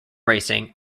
racing